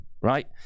right